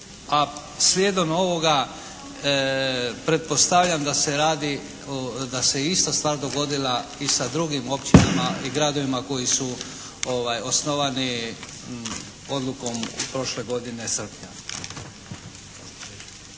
A slijedom ovoga pretpostavljam da se radi, da se je ista stvar dogodila i sa drugim općinama i gradovima koji su osnovani odlukom od prošle godine, srpnja.